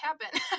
happen